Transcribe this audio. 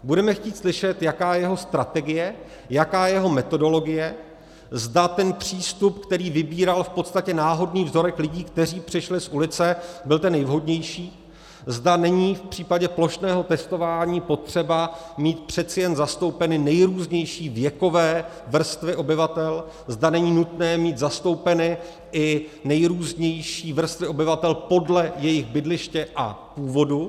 Budeme chtít slyšet, jaká je jeho strategie, jaká je jeho metodologie, zda ten přístup, který vybíral v podstatě náhodný vzorek lidí, kteří přišli z ulice, byl ten nejvhodnější, zda není v případě plošného testování potřeba mít přece jen zastoupeny nejrůznější věkové vrstvy obyvatel, zda není nutné mít zastoupeny i nejrůznější vrstvy obyvatel podle jejich bydliště a původu.